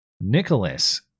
Nicholas